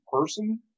person